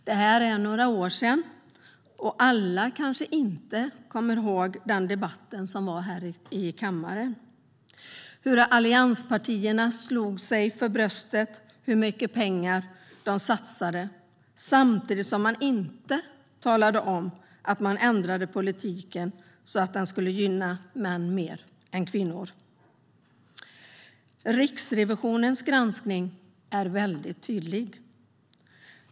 Det är några år sedan, och alla kanske inte kommer ihåg hur debatten gick här i kammaren. Allianspartierna slog sig för bröstet när det gällde hur mycket pengar man satsade. Samtidigt talade man inte om att man ändrade politiken så att den skulle gynna män mer än kvinnor. Riksrevisionens granskning är tydlig.